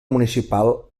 municipal